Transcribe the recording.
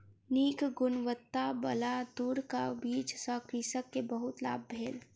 नीक गुणवत्ताबला तूरक बीज सॅ कृषक के बहुत लाभ भेल